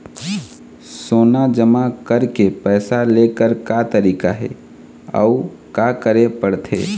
सोना जमा करके पैसा लेकर का तरीका हे अउ का करे पड़थे?